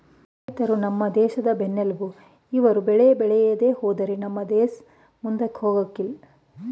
ರೈತ್ರು ನಮ್ ದೇಶದ್ ಬೆನ್ನೆಲ್ಬು ಇವ್ರು ಬೆಳೆ ಬೇಳಿದೆ ಹೋದ್ರೆ ನಮ್ ದೇಸ ಮುಂದಕ್ ಹೋಗಕಿಲ್ಲ